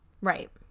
Right